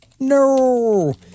No